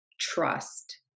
trust